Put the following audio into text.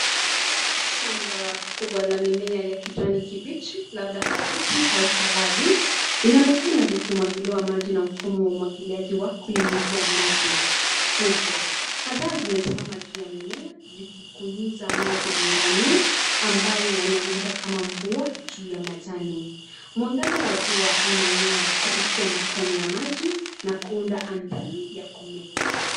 Shamba kubwa la mimea ya kijani kibichi labda kabichi au saladi linaonekana likimwagiliwa maji na mfumo wa umwagiliaji wa kunyunyuzia maji. sprinkler kadhaa zimesimama juu ya mimea zikikunyiza maji angani ambayo yanaanguka kama mvua juu ya majani. Mwangaza wa jua unan'gaa kupitia matone ya maji na kuunda andhari ya kumeta.